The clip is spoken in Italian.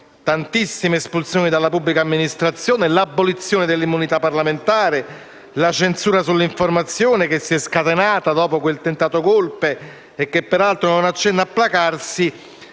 tantissime espulsioni dalla pubblica amministrazione, l'abolizione dell'immunità parlamentare e la censura sull'informazione che si è scatenata dopo il tentato *golpe* - e che peraltro non accenna a placarsi